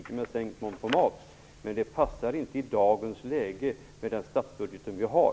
Men det passar inte att genomföra en momssänkning i dagens läge med den statsbudget som vi har.